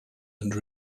and